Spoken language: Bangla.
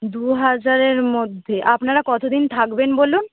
দু হাজারের মধ্যে আপনারা কতদিন থাকবেন বলুন